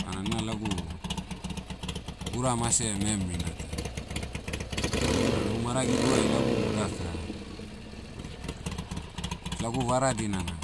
bana na lagu, ura mase memrina ta, lau maragiguai lagu daka, lagu vara dinana,